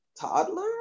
toddler